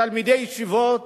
תלמידי הישיבות,